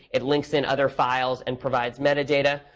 it links in other files and provides metadata.